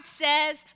says